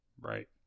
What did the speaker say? Right